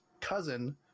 cousin